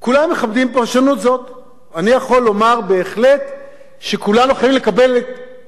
אני יכול לומר בהחלט שכולנו חייבים לקבל את קביעת בתי-המשפט חד וחלק,